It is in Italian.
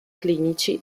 clinici